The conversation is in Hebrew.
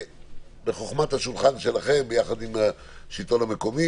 ובחוכמת השולחן שלכם ביחד עם השלטון המקומי